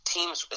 Teams